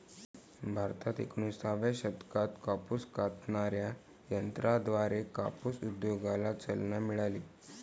भारतात एकोणिसाव्या शतकात कापूस कातणाऱ्या यंत्राद्वारे कापूस उद्योगाला चालना मिळाली